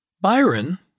Byron